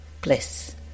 bliss